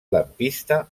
lampista